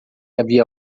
havia